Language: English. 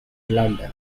london